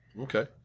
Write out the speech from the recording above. Okay